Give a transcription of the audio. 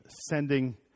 sending